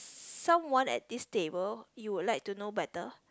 someone at this table you would like to know better